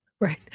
Right